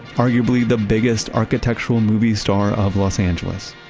arguably the biggest architectural movie star of los angeles.